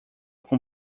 com